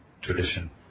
tradition